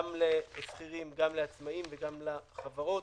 גם לשכירים, גם לעצמאים, וגם לחברות,